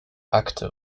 akte